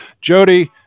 Jody